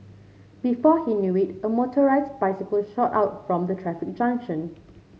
before he knew it a motorised bicycle shot out from the traffic junction